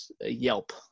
yelp